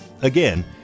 Again